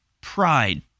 pride